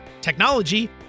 technology